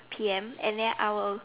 P_M and then I will